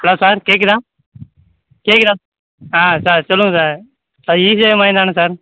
hello sir கேட்குதா கேட்குதா ஆ சார் சொல்லுங்கள் சார் சார் இ சேவை மையம் தானே சார்